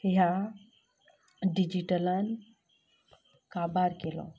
ह्या डिजिटलान काबार केलो